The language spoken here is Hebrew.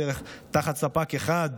תחת ספק אחד,